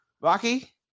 Rocky